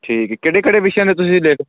ਠੀਕ ਕਿਹੜੇ ਕਿਹੜੇ ਵਿਸ਼ਿਆਂ 'ਤੇ ਤੁਸੀਂ ਲਿਖ